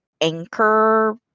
anchor